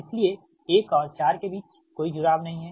इसलिए 1 और 4 के बीच कोई जुड़ाव नहीं है